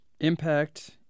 Impact